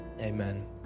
Amen